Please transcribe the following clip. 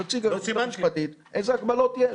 תציג היועצת המשפטית איזה הגבלות יש,